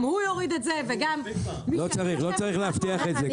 גם הוא יוריד את זה וגם --- לא צריך להבטיח את זה,